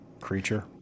creature